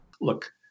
Look